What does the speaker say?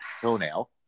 toenail